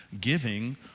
giving